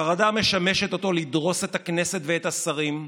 החרדה משמשת אותו לדרוס את הכנסת ואת השרים,